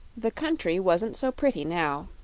the country wasn't so pretty now.